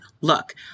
look